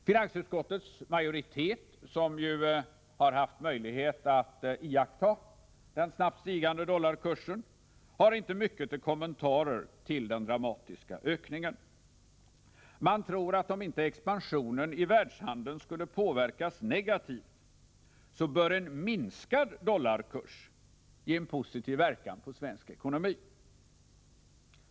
Finansutskottets majoritet, som ju har haft möjlighet att iaktta dollarkursens snabba stegring, har inte mycket till kommentarer till den dramatiska ökningen. Man tror att om inte expansionen i världshandeln skulle påverkas negativt, bör en minskad dollarkurs ge en positiv verkan på svensk ekonomi.